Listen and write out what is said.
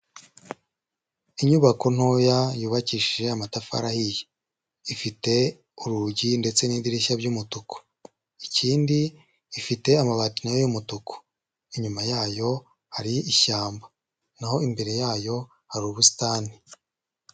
Inyubako ntoya yubakishije amatafari ahiye, ifite urugi ndetse n'idirishya ry'umutuku, ikindi ifite amabati na yo y'umutuku, inyuma yayo hari ishyamba naho imbere yayo hari ubusitani.